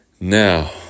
now